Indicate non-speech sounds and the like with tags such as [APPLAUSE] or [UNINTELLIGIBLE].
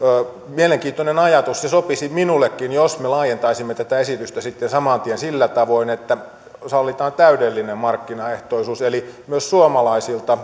mielenkiintoinen ajatus ja sopisi minullekin jos me laajentaisimme tätä esitystä sitten saman tien sillä tavoin että sallitaan täydellinen markkinaehtoisuus eli myös suomalaisilta [UNINTELLIGIBLE]